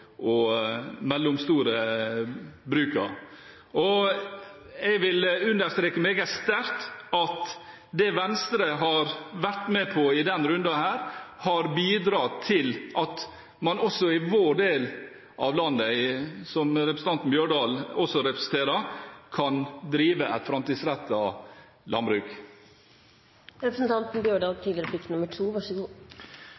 og mellomstore brukene. Jeg vil understreke meget sterkt at det Venstre har vært med på i denne runden, har bidratt til at man også i vår del av landet, som representanten Bjørdal også representerer, kan drive et